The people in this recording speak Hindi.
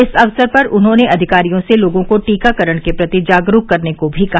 इस अवसर पर उन्होंने अधिकारियों से लोगों को टीकाकरण के प्रति जागरूक करने को भी कहा